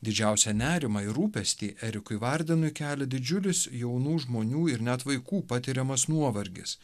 didžiausią nerimą ir rūpestį erikui vardenui kelia didžiulius jaunų žmonių ir net vaikų patiriamas nuovargis